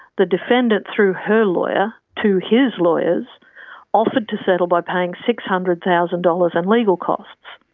the defendant through her lawyer to his lawyers offered to settle by paying six hundred thousand dollars in legal costs.